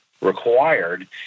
required